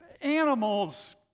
animals